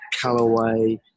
Callaway